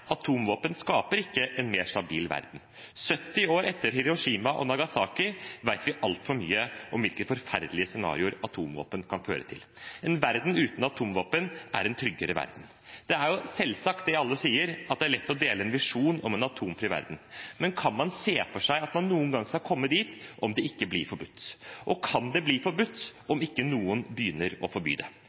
atomvåpen skaper ikke en mer stabil verden. 70 år etter Hiroshima og Nagasaki vet vi altfor mye om hvilke forferdelige scenarioer atomvåpen kan føre til. En verden uten atomvåpen er en tryggere verden. Det er selvsagt det alle sier, at det er lett å dele en visjon om en atomfri verden. Men kan man se for seg at man noen gang skal komme dit, om det ikke blir forbudt? Og kan det bli forbudt, om ikke noen begynner å forby det?